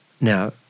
now